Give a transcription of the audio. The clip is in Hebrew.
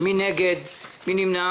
מי נגד, מי נמנע?